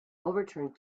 overturned